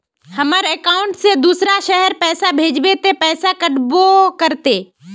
हमर अकाउंट से दूसरा शहर पैसा भेजबे ते पैसा कटबो करते?